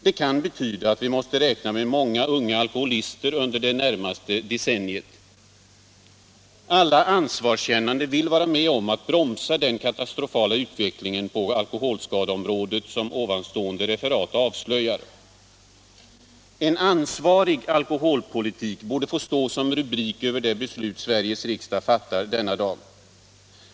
Det kan betyda att vi måste räkna med många unga alkoholister under det närmaste decenniet. Alla ansvarskännande vill vara med om att bromsa den katastrofala utvecklingen på alkoholskadeområdet som ovanstående referat avslöjar. ”En ansvarig alkoholpolitik” borde få stå som rubrik över det beslut Sveriges riksdag fattar denna dag.